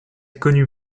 connu